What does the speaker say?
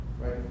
right